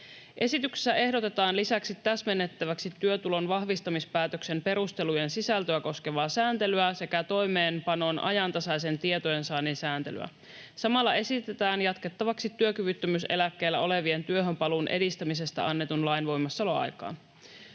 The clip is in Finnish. Esityksessä ehdotetaan lisäksi täsmennettäväksi työtulon vahvistamispäätöksen perustelujen sisältöä koskevaa sääntelyä sekä toimeenpanon ajantasaisen tietojensaannin sääntelyä. Samalla esitetään jatkettavaksi työkyvyttömyyseläkkeellä olevien työhön paluun edistämisestä annetun lain voimassaoloaikaa.